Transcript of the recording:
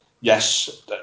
Yes